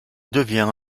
devient